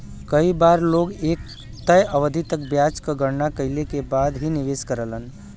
कई बार लोग एक तय अवधि तक ब्याज क गणना कइले के बाद ही निवेश करलन